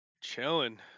Chilling